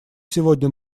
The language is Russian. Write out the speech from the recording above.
сегодня